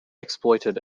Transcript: exploited